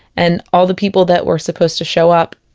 and all the people that were supposed to show up,